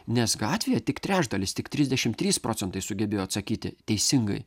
nes gatvėje tik trečdalis tik trisdešimt trys procentai sugebėjo atsakyti teisingai